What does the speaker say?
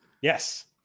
yes